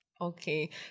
Okay